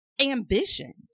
ambitions